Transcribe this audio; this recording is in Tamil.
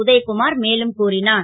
உதயகுமார் மேலும் கூறினார்